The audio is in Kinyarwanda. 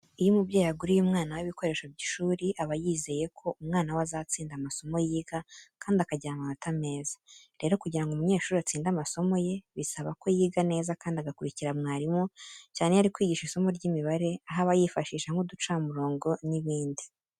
Iyo umubyeyi aguriye umwana we ibikoresho by'ishuri aba yizeye ko umwana we azatsinda amasomo yiga kandi akagira amanota meza. Rero kugira ngo umunyeshuri atsinde amasomo ye yiga bisaba ko yiga neza kandi agakurikira mwarimu cyane iyo ari kwiga isomo ry'imibare, aho aba yifashisha nk'uducamurongo n'ibindi.